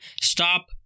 stop